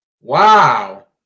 Wow